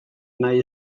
nahi